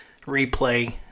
replay